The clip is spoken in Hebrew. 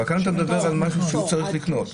אבל כאן אתה אומר שהוא צריך לקנות.